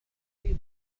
أيضا